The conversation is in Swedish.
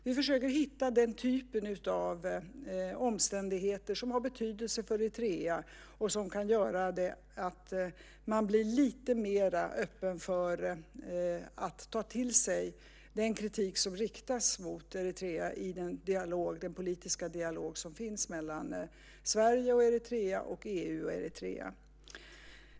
Vi försöker att hitta den typ av omständigheter som har betydelse för Eritrea och som kan göra att man blir lite mer öppen för att ta till sig den kritik som riktas mot Eritrea i den politiska dialog som finns mellan Sverige och Eritrea och mellan EU och Eritrea.